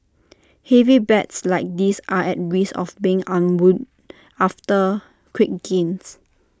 heavy bets like this are at risk of being unwound after quick gains